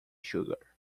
sugar